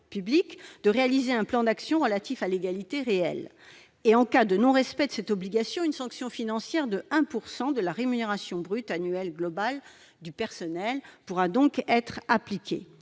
publics, la réalisation d'un plan d'action relatif à l'égalité réelle. En cas de non-respect de cette obligation, une sanction financière équivalant à 1 % de la rémunération brute annuelle globale du personnel pourra être appliquée.